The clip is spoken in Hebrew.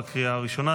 בקריאה הראשונה.